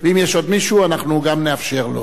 ואם יש עוד מישהו, אנחנו נאפשר לו.